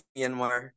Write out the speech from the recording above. Myanmar